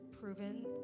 proven